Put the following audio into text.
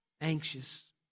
anxious